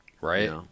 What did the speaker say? Right